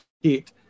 heat